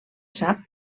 sap